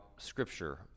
Scripture